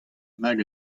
nag